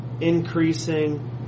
increasing